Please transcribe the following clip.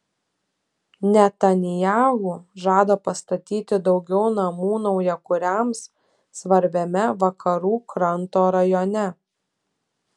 netanyahu žada pastatyti daugiau namų naujakuriams svarbiame vakarų kranto rajone